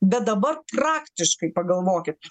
bet dabar praktiškai pagalvokit